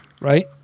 right